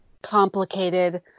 complicated